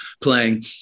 playing